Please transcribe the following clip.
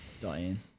Diane